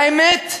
והאמת,